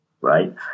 right